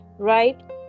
right